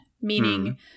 meaning